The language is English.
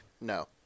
No